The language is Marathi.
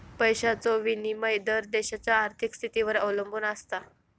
पैशाचो विनिमय दर देशाच्या आर्थिक स्थितीवर अवलंबून आसता